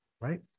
right